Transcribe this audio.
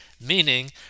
meaning